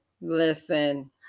Listen